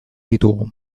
ditugu